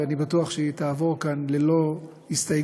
ואני בטוח שהיא תעבור כאן ללא הסתייגות.